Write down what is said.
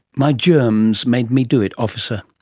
my germs made me do it officer!